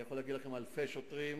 ואני יכול להגיד לכם אלפי שוטרים.